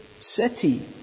city